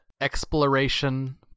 exploration